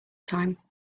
time